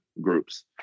groups